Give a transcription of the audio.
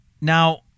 Now